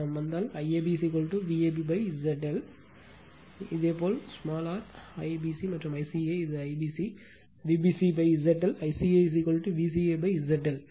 எனவே இதேபோல் r IBC மற்றும் ICA இது IBC VbcZ ∆ ICA VcaZ ∆